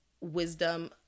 wisdom